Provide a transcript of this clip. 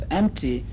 empty